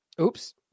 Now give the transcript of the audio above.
Oops